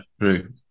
True